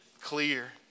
clear